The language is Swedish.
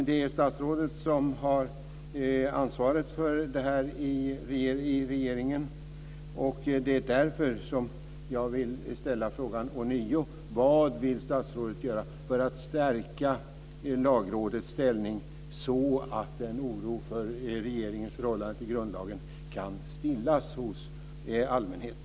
Det är statsrådet som har ansvaret för detta i regeringen, och det är därför som jag ånyo vill ställa frågan om vad statsrådet vill göra för att stärka Lagrådets ställning, så att oron vad beträffar regeringens förhållande till grundlagen kan stillas hos allmänheten.